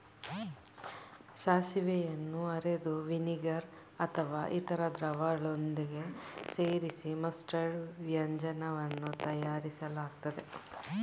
ಸಾಸಿವೆಯನ್ನು ಅರೆದು ವಿನಿಗರ್ ಅಥವಾ ಇತರ ದ್ರವಗಳೊಂದಿಗೆ ಸೇರಿಸಿ ಮಸ್ಟರ್ಡ್ ವ್ಯಂಜನವನ್ನು ತಯಾರಿಸಲಾಗ್ತದೆ